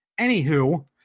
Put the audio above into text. anywho